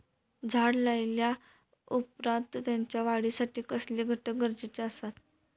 झाड लायल्या ओप्रात त्याच्या वाढीसाठी कसले घटक गरजेचे असत?